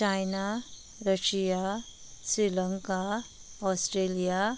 China Russia Sri Lanka Australia